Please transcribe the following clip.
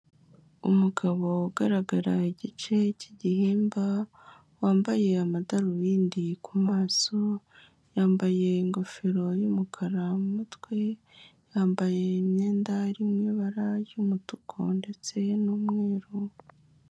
Umugabo ugaragara igice cy'igihimba wambaye amadarubindi kumaso, yambaye ingofero y'umukara m'umutwe yambaye imyenda irimo ibara ry'umutuku ndetse n'umweru.